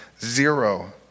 zero